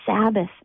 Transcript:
sabbath